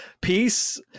peace